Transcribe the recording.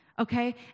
okay